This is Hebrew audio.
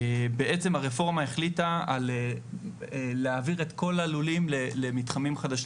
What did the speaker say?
בעצם הרפורמה החליטה על להעביר את כל הלולים למתחמים חדשים,